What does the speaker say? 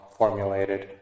formulated